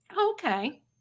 Okay